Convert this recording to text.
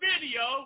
video